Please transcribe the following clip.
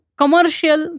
commercial